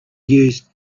used